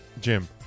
Jim